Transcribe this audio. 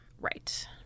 Right